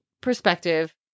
perspective